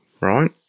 right